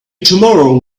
tomorrow